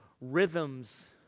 rhythms